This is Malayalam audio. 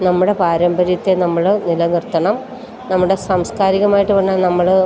നമ്മുടെ പാരമ്പര്യത്തെ നമ്മൾ നിലനിർത്തണം നമ്മുടെ സാംസ്കാരികമായിട്ട് വന്ന് നമ്മൾ